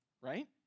right